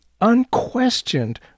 unquestioned